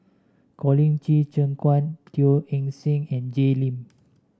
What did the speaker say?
Colin Qi Zhe Quan Teo Eng Seng and Jay Lim